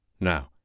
Now